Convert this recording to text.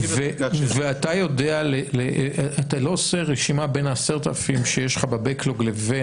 ואתה לא עושה רשימה בין ה-10,000 שיש לך ב- backlogלבין